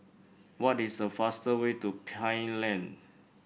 what is the fastest way to Pine Lane